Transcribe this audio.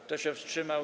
Kto się wstrzymał?